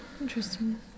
Interesting